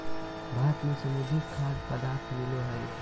भारत में समुद्री खाद्य पदार्थ मिलो हइ